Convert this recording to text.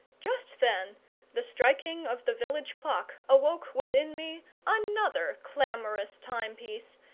just then the striking of the village clock awoke within me another clamorous timepiece,